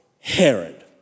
Herod